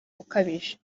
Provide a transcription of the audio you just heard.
ukabije